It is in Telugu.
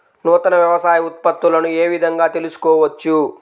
నూతన వ్యవసాయ ఉత్పత్తులను ఏ విధంగా తెలుసుకోవచ్చు?